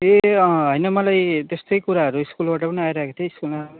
ए अ होइन मलाई त्यस्तै कुराहरू स्कुलबाट पनि आइरहेको थियो स्कुलमा